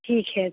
ठीक है